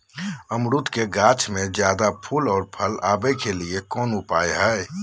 अमरूद के गाछ में ज्यादा फुल और फल आबे के लिए कौन उपाय है?